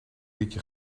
liedje